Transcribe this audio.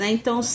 Então